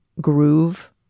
groove